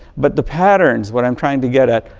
but the pattern, is what i'm trying to get at,